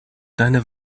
deine